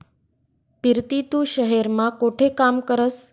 पिरती तू शहेर मा कोठे काम करस?